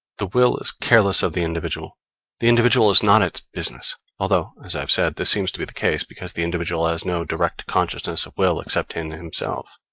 the will is careless of the individual the individual is not its business although, as i have said, this seems to be the case, because the individual has no direct consciousness of will except in himself.